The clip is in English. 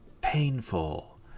painful